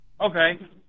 Okay